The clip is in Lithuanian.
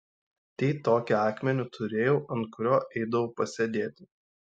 tai tokį akmenį turėjau ant kurio eidavau pasėdėti